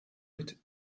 mit